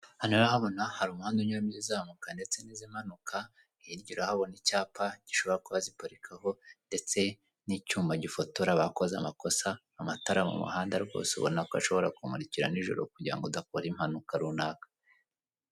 Hano rero urahabona hari umuhanda unyurama izizamuka ndetse n'izimanuka hirya urahabona icyapa gishobora kuba ziparikaho ndetse n'icyuma gifotora bakoze amakosa amatara mu muhanda rwose ubona ko ashobora kukumurikira nijoro kugira ngo udakora impanuka runaka.